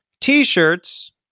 T-shirts